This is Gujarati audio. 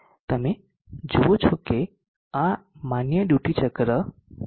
તમે જુઓ છો કે આ માન્ય ડ્યુટી ચક્ર નથી